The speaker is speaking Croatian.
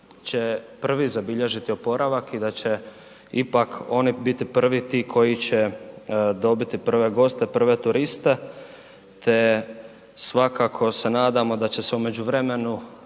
će prvi zabilježiti oporavak i da će ipak oni biti prvi ti koji će dobiti prve goste, prve turiste te svakako se nadamo da će se u međuvremenu,